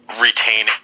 retain